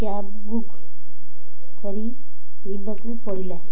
cab book କରିଯିବାକୁ ପଡ଼ିଲା